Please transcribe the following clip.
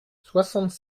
soixante